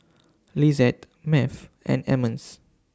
Lizeth Math and Emmons